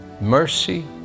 Mercy